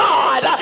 God